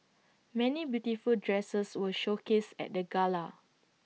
many beautiful dresses were showcased at the gala